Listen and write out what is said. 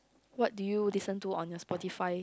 what do you listen to on your Spotify